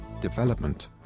Development